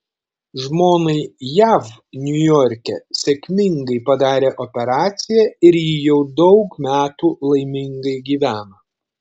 žmonai jav niujorke sėkmingai padarė operaciją ir ji jau daug metų laimingai gyvena